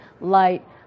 light